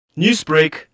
Newsbreak